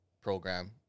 program